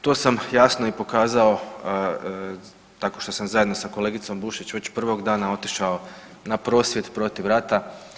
To sam jasno i pokazao tako što sam zajedno s kolegicom Bušić već prvog dana otišao na prosvjed protiv rata.